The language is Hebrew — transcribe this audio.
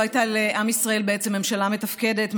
לא הייתה לעם ישראל בעצם ממשלה מתפקדת,